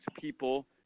people